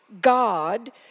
God